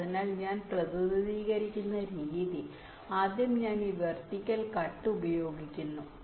അതിനാൽ ഞാൻ പ്രതിനിധീകരിക്കുന്ന രീതി ആദ്യം ഞാൻ ഈ വെർട്ടിക്കൽ കട്ട് ഉപയോഗിക്കുന്നു എന്നതാണ്